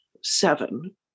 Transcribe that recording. seven